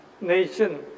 nation